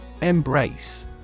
Embrace